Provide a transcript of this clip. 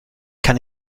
kann